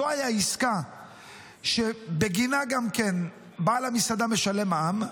זוהי העסקה שבגינה גם כן בעל המסעדה משלם מע"מ,